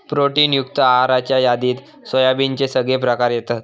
protein युक्त आहाराच्या यादीत सोयाबीनचे सगळे प्रकार येतत